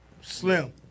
Slim